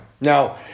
Now